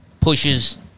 pushes